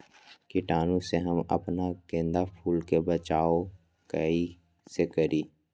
कीटाणु से हम अपना गेंदा फूल के बचाओ कई से करी?